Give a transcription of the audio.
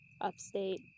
upstate